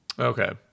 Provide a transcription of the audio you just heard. Okay